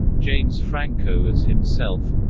james franco as himself